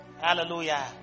Hallelujah